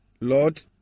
Lord